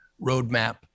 roadmap